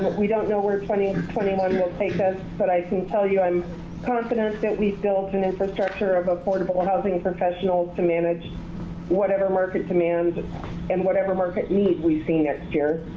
we don't know where twenty, twenty one will take us, but i can tell you i'm confident that we've built an infrastructure of affordable housing professionals to manage whatever market demands and and whatever market need we see next year.